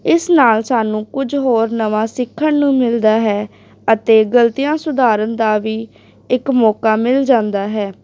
ਇਸ ਨਾਲ ਸਾਨੂੰ ਕੁਝ ਹੋਰ ਨਵਾਂ ਸਿੱਖਣ ਨੂੰ ਮਿਲਦਾ ਹੈ ਅਤੇ ਗਲਤੀਆਂ ਸੁਧਾਰਨ ਦਾ ਵੀ ਇੱਕ ਮੌਕਾ ਮਿਲ ਜਾਂਦਾ ਹੈ